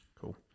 Cool